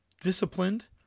disciplined